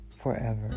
forever